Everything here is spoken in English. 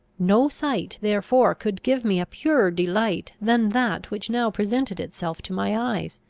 no sight therefore could give me a purer delight than that which now presented itself to my eyes.